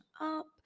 up